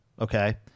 okay